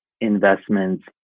investments